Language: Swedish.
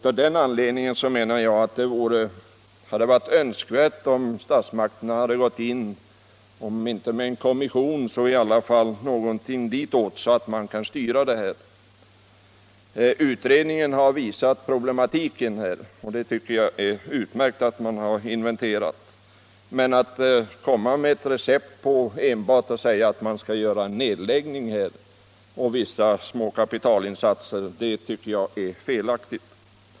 Av den anledningen hade det varit önskvärt att statsmakterna gått in, om inte med en kommission så i alla fall någonting ditåt, så att man hade kunnat styra det hela. Utredningen har visat problematiken här, och det är utmärkt att man har inventerat den, men att komma med ett recept som bara betyder nedläggning och vissa små kapitalinsatser tycker jag är felaktigt.